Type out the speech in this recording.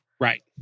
right